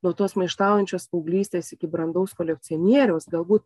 nuo tos maištaujančios paauglystės iki brandaus kolekcionieriaus galbūt